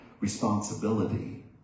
responsibility